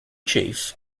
chief